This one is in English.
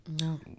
no